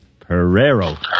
Pereiro